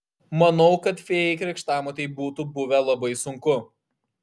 manau kad fėjai krikštamotei būtų buvę labai sunku